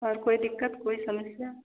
और कोई दिक़्क़त कोई समस्या